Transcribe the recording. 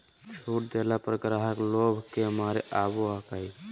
छुट देला पर ग्राहक लोभ के मारे आवो हकाई